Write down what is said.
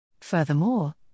Furthermore